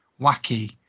wacky